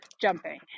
jumping